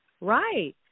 right